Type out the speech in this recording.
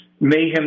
mayhem